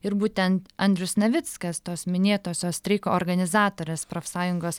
ir būtent andrius navickas tos minėtosios streiko organizatorės profsąjungos